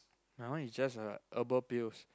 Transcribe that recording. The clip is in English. my one is just uh herbal pills